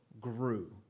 grew